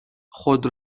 خود